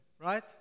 right